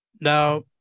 Now